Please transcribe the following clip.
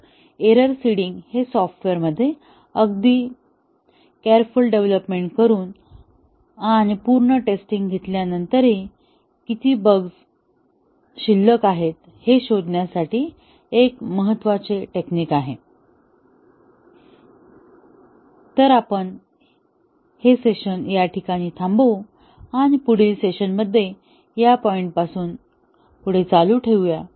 तर error seeding हे सॉफ्टवेअरमध्ये अगदी कॅरफुल डेव्हलोपमेंट करून आणि पूर्ण टेस्टिंग घेतल्यानंतरही किती बग्स रेमेनिंग आहेत हे शोधण्यासाठी एक महत्त्वाचे टेक्निक आहे तर आपण हे सेशन या ठिकाणी थांबवू आणि पुढील सेशन मध्ये या पॉईंट पासून पुढे चालू ठेवूया